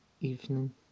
evening